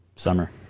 Summer